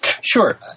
Sure